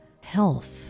health